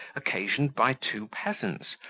occasioned by two peasants,